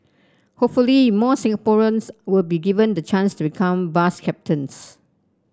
hopefully more Singaporeans will be given the chance to become bus captains